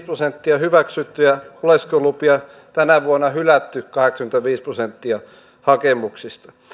prosenttia hyväksyttyjä oleskelulupia tänä vuonna hylätty kahdeksankymmentäviisi prosenttia hakemuksista